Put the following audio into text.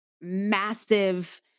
massive